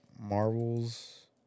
Marvel's